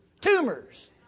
Tumors